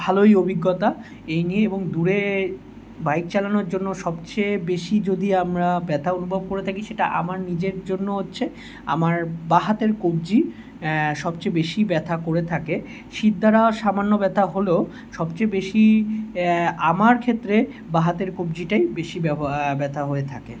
ভালোই অভিজ্ঞতা এই নিয়ে এবং দূরে বাইক চালানোর জন্য সবচেয়ে বেশি যদি আমরা ব্যথা অনুভব করে থাকি সেটা আমার নিজের জন্য হচ্ছে আমার বাঁ হাতের কবজি সবচেয়ে বেশি ব্যথা করে থাকে শিরদাঁড়াও সামান্য ব্যথা হলো সবচেয়ে বেশি আমার ক্ষেত্রে বাঁ হাতের কবজিটাই বেশি ব্যব ব্যথা হয়ে থাকে